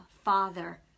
Father